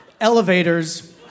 Elevators